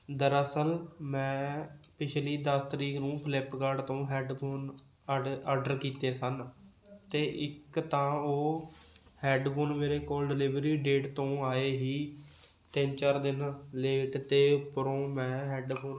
ਦਰਅਸਲ ਮੈਂ ਪਿਛਲੀ ਦਸ ਤਰੀਕ ਨੂੰ ਫਲਿੱਪਕਾਡ ਤੋਂ ਹੈਡਫੋਨ ਆਡਰ ਆਡਰ ਕੀਤੇ ਸਨ ਅਤੇ ਇੱਕ ਤਾਂ ਉਹ ਹੈਡਫੋਨ ਮੇਰੇ ਕੋਲ ਡਿਲੀਵਰੀ ਡੇਟ ਤੋਂ ਆਏ ਹੀ ਤਿੰਨ ਚਾਰ ਦਿਨ ਲੇਟ ਅਤੇ ਉੱਪਰੋਂ ਮੈਂ ਹੈਡਫੋਨ